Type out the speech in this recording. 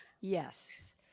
Yes